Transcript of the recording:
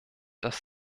dass